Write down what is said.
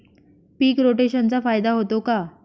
पीक रोटेशनचा फायदा होतो का?